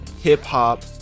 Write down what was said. hip-hop